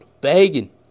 begging